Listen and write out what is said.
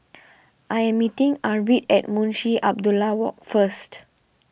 I am meeting Arvid at Munshi Abdullah Walk first